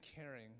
caring